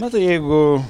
ne tai jeigu